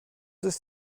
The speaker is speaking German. ist